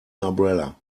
umbrella